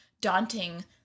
daunting